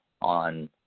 on